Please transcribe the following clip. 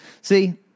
See